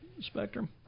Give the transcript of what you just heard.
spectrum